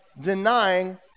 denying